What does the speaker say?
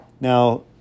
Now